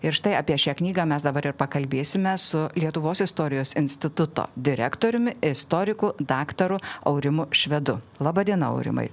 ir štai apie šią knygą mes dabar ir pakalbėsime su lietuvos istorijos instituto direktoriumi istoriku daktaru aurimu švedu laba diena aurimai